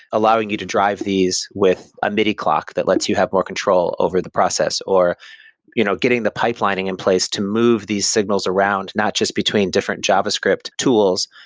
allowing you to drive these with a midi clock that lets you have more control over the process, or you know getting the pipelining in place to move these signals around not just between different javascript tools,